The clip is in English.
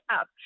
up